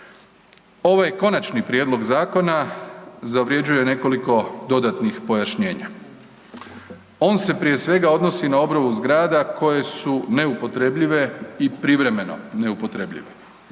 Ovaj konačni prijedlog zakona zavređuje nekoliko dodatnih pojašnjenja. On se prije svega odnosi na obnovu zgrada koje su neupotrebljive i privremeno neupotrebljive,